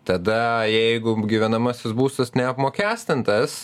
tada jeigu gyvenamasis būstas neapmokestintas